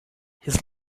his